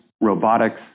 robotics